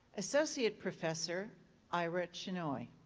associate professor ira chinoy.